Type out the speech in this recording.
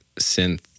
synth